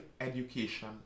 education